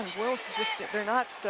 wills is just they're not